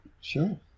sure